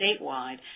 statewide